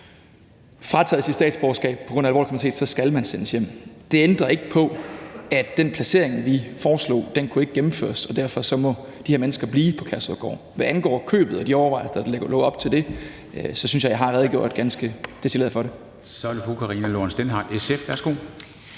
frataget sit statsborgerskab på grund af alvorlig kriminalitet, skal man sendes hjem. Det ændrer ikke på, at den placering, vi foreslog, ikke kunne gennemføres, og derfor må de her mennesker blive på Kærshovedgård. Hvad angår købet og de overvejelser, der lå op til det, synes jeg, jeg har redegjort ganske detaljeret for det. Kl. 09:53 Formanden (Henrik Dam